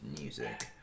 music